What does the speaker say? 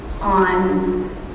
on